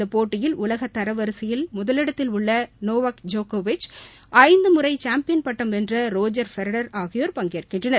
இந்த போட்டியில் உலக தர வரிசையில் முதலிடத்தில் உள்ள நவாக் ஜோக்கோவிச் ஐந்து முறை சாம்பியன் பட்டம் வென்ற ரோஜர் ஃபெடரர் ஆகியோர் பங்கேற்கின்றனர்